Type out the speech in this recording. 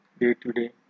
day-to-day